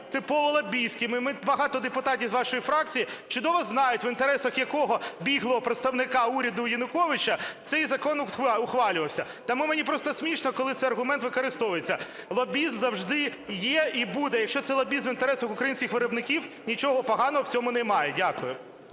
типово лобістським. І багато депутатів із вашої фракції чудово знають, в інтересах якого біглого представника уряду Януковича цей закон ухвалювався. Тому мені просто смішно, коли цей аргумент використовується. Лобізм завжди є і буде. Якщо це лобізм в інтересах українських виробників, нічого погано в цьому немає. Дякую.